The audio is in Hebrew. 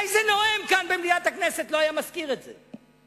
איזה נואם כאן, במליאת הכנסת, לא היה מזכיר את זה?